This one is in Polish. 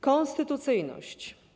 Konstytucyjność.